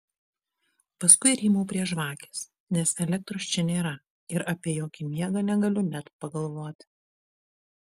paskui rymau prie žvakės nes elektros čia nėra ir apie jokį miegą negaliu net pagalvoti